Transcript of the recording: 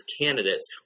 candidates